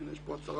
הינה יש פה הצהרה.